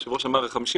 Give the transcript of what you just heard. היושב ראש אמר 50%,